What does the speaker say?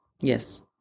Yes